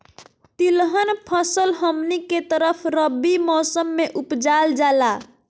तिलहन फसल हमनी के तरफ रबी मौसम में उपजाल जाला